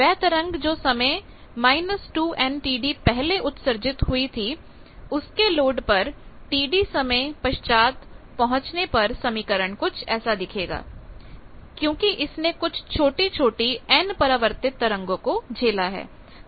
वह तरंग जो समय से t −2n TD पहले उत्सर्जित हुई थी उसके लोड पर Td समय पश्चात पहुंचने पर समीकरण कुछ ऐसा दिखेगा क्योंकि इसने कुछ छोटी छोटी n परावर्तित तरंगों को झेला है